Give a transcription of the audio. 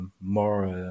more